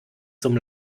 zum